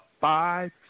Five